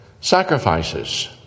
sacrifices